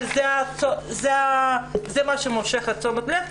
אבל זה מה שמושך את תשומת הלב,